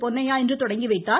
பொன்னையா இன்று தொடங்கி வைத்தார்